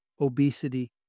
obesity